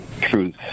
truth